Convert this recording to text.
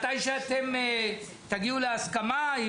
כשתגיעו להסכמה?